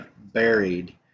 buried